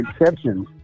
exceptions